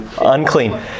Unclean